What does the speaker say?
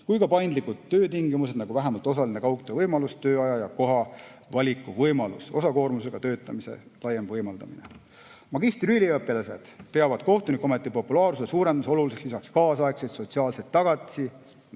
puhkus ja paindlikud töötingimused, vähemalt osaline kaugtöövõimalus, tööaja ja ‑koha valiku võimalus, osakoormusega töötamise laiem võimaldamine. Magistriüliõpilased peavad kohtunikuameti populaarsuse suurendamise oluliseks lisaks kaasaegseid sotsiaalseid tagatisi,